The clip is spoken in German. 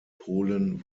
polen